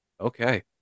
okay